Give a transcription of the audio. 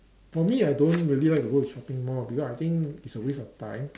for me I don't really like to go to shopping mall because I think it's a waste of time